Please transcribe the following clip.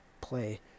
play